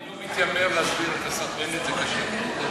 אני לא מתיימר להסביר את השר בנט, זה קשה.